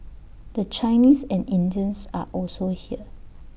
the Chinese and Indians are also here